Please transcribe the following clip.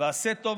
ועשה טוב,